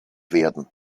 werden